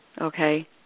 okay